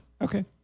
Okay